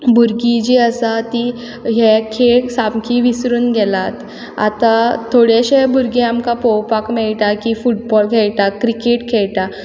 भुरगीं जीं आसा तीं हे खेळ सामकी विसरून गेल्यात आतां थोड्याशा भुरग्यांक आमकां पोळोपाक मेयटात की फुटबॉल खेयटा क्रिकेट खेयटा